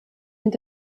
mit